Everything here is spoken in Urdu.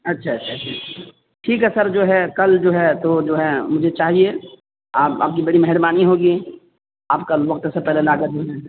اچھا اچھا اچھا ٹھیک ٹھیک ہے سر جو ہے کل جو ہے تو جو ہے مجھے چاہیے آپ آپ کی بڑی مہربانی ہوگی آپ کل وقت سے پہلے لا کر